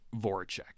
Voracek